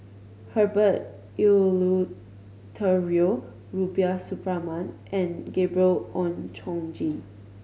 Herbert Eleuterio Rubiah Suparman and Gabriel Oon Chong Jin